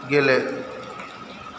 गेले